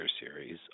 series